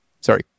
Sorry